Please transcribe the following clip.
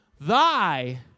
thy